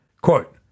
Quote